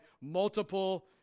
multiple